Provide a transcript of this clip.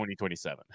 2027